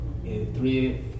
Three